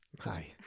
Hi